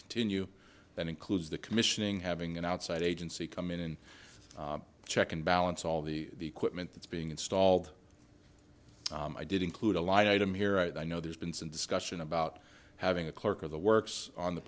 continue that includes the commissioning having an outside agency come in and check and balance all the quitman that's being installed i did include a line item here i know there's been some discussion about having a clerk of the works on the